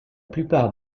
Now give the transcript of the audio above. plupart